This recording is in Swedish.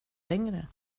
längre